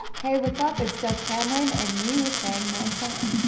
hey, what's up, it's dove cameron and you sang my song.